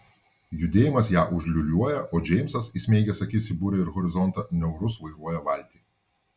judėjimas ją užliūliuoja o džeimsas įsmeigęs akis į burę ir horizontą niaurus vairuoja valtį